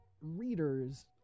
readers